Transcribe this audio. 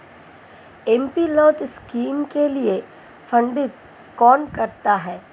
MPLAD scheme के लिए funding कौन करता है?